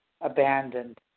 abandoned